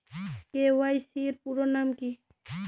KYC এর পুরোনাম কী?